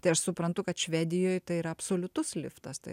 tai aš suprantu kad švedijoj tai yra absoliutus liftas tai